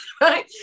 right